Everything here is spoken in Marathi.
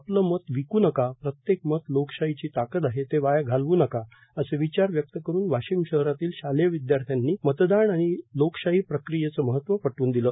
आपलं मत विकू नका प्रत्येक मत लोकशाहीची ताकद आहे ते वाया घालवू नका असे विचार व्यक्त करून वाशीम शहरातील शालेय विद्यार्थ्यांनी मतदान आणि लोकशाही प्रक्रियेचे महत्व पटवून दिले